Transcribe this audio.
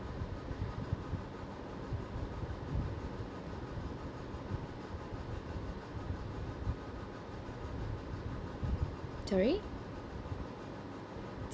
sorry